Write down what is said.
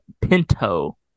Pinto